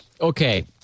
Okay